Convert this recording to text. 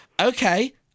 Okay